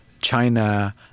China